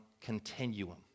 continuum